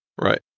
Right